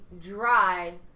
dry